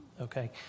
Okay